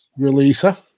releaser